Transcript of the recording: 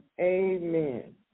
Amen